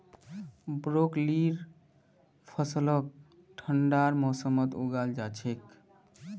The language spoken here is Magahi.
ब्रोकलीर फसलक ठंडार मौसमत उगाल जा छेक